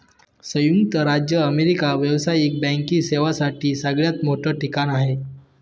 संयुक्त राज्य अमेरिका व्यावसायिक बँकिंग सेवांसाठी सगळ्यात मोठं ठिकाण आहे